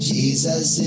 Jesus